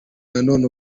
nanone